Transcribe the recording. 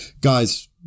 Guys